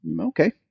Okay